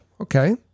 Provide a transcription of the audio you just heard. Okay